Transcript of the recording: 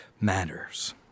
matters